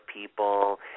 people